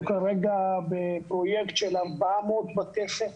אנחנו כרגע בפרויקט של 400 בתי ספר,